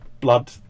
blood